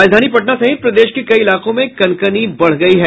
राजधानी पटना सहित प्रदेश के कई इलाकों में कनकनी बढ़ गयी है